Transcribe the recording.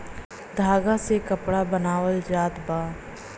धागा से कपड़ा बनावल जात बा